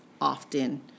often